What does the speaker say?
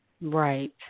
Right